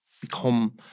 become